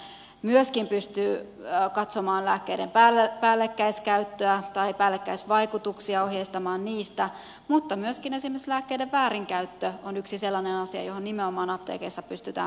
se myöskin pystyy katsomaan lääkkeiden päällekkäisvaikutuksia ohjeistamaan niistä mutta myöskin esimerkiksi lääkkeiden väärinkäyttö on yksi sellainen asia johon nimenomaan apteekeissa pystytään puuttumaan